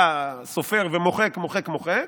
בא סופר ומוחק, מוחק, מוחק,